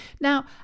Now